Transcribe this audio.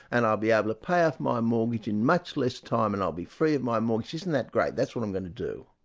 and i'll be able to pay off my mortgage in much less time, and i'll be free of my mortgage. isn't that great? that's what i'm going to do.